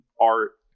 art